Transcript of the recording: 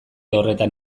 horretan